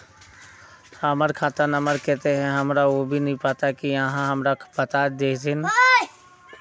हमर खाता नम्बर केते है हमरा वो भी नहीं पता की आहाँ हमरा बता देतहिन?